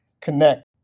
connect